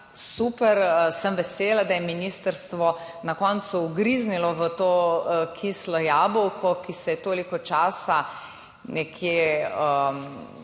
super, sem vesela, da je ministrstvo na koncu ugriznilo v to kislo jabolko, ki se je toliko časa nekje